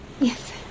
Yes